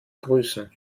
grüßen